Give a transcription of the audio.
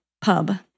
pub